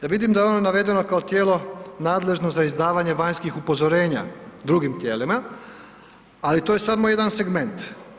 Ja vidim da je ono navedeno kao tijelo nadležno za izdavanje vanjskih upozorenja drugim tijelima, ali to je samo jedan segment.